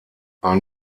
ein